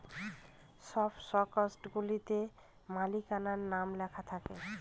সব স্টকগুলাতে মালিকানার নাম লেখা থাকে